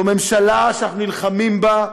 זו ממשלה שאנחנו נלחמים בה,